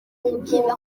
umubyimba